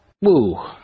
Woo